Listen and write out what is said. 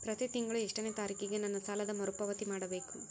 ಪ್ರತಿ ತಿಂಗಳು ಎಷ್ಟನೇ ತಾರೇಕಿಗೆ ನನ್ನ ಸಾಲದ ಮರುಪಾವತಿ ಮಾಡಬೇಕು?